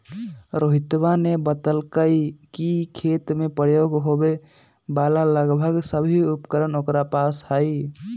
रोहितवा ने बतल कई कि खेत में प्रयोग होवे वाला लगभग सभी उपकरण ओकरा पास हई